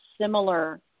similar